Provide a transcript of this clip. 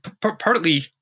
Partly